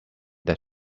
that